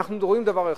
אנחנו רואים דבר אחד,